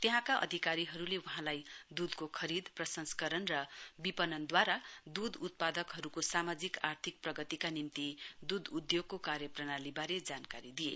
त्यहाँका अधिकारीहरूले वहाँलाई दुधको खरीद प्रंस्करण र विपणन द्वारा दुध उत्पादकहरूको सामामाजिक आर्थिक प्रगतिका निम्ति दुध उद्योगको कार्यप्रणालीबारे जानकारी दिए